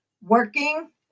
working